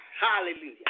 Hallelujah